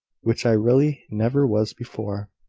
which i really never was before.